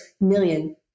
million